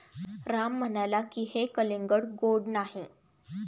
राम म्हणाले की, हे कलिंगड गोड नाही